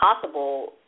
possible